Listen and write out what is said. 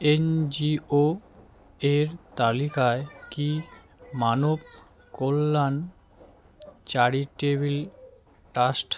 N G O এর তালিকায় কি মানব কল্যাণ চ্যারিটেবিল ট্রাস্ট